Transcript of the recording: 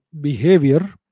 behavior